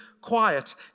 quiet